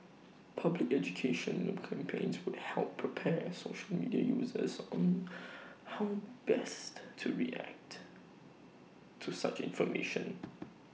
public education campaigns would help prepare social media users on how best to react to such information